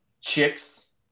chicks